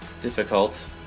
difficult